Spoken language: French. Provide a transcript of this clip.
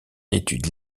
études